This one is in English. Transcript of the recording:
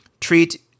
treat